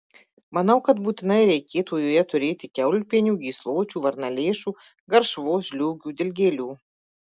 manau kad būtinai reikėtų joje turėti kiaulpienių gysločių varnalėšų garšvos žliūgių dilgėlių